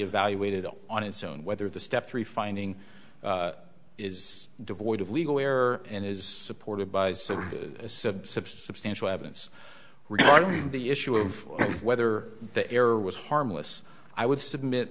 evaluated on its own whether the step three finding is devoid of legal error and is supported by a substantial evidence regarding the issue of whether the error was harmless i would submit